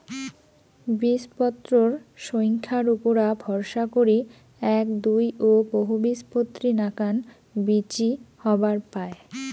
বীজপত্রর সইঙখার উপুরা ভরসা করি এ্যাক, দুই ও বহুবীজপত্রী নাকান বীচি হবার পায়